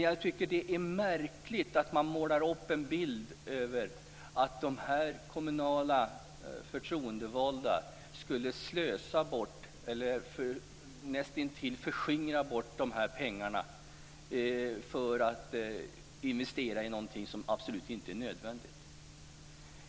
Jag tycker att det är märkligt att man här målar upp en bild av att de kommunala förtroendevalda skulle slösa med eller näst intill förskingra de här pengarna för att investera i någonting som absolut inte är nödvändigt.